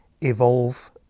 evolve